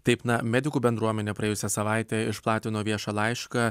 taip na medikų bendruomenė praėjusią savaitę išplatino viešą laišką